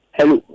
Hello